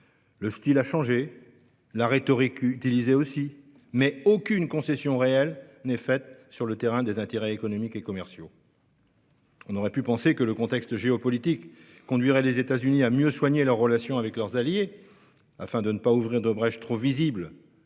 Le style a changé, la rhétorique utilisée aussi, mais aucune concession réelle n'est faite sur le terrain des intérêts économiques et commerciaux. On aurait pu penser que le contexte géopolitique conduirait les États-Unis à mieux soigner leurs relations avec leurs alliés afin de ne pas ouvrir de brèches trop visibles